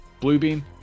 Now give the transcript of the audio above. Bluebeam